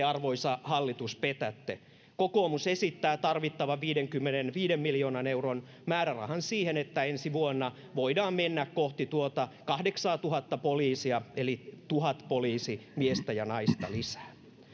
arvoisa hallitus petätte kokoomus esittää tarvittavan viidenkymmenenviiden miljoonan määrärahan siihen että ensi vuonna voidaan mennä kohti tuota kahdeksaatuhatta poliisia eli tuhat poliisimiestä ja naista lisää